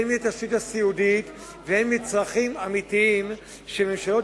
הן מהתשתית הסיעודית והן מצרכים אמיתיים שממשלות